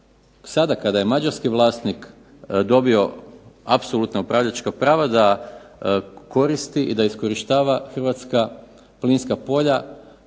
sada kada je Mađarski vlasnik dobio apsolutna upravljačka prava da koristi i da iskorištava Hrvatska plinska polja